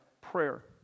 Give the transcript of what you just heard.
prayer